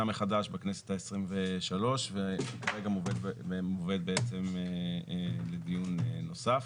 מחדש בכנסת ה-23 ומובאת לדיון נוסף.